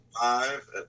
Five